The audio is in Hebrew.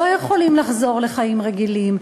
לא יכולות לחזור לחיים רגילים,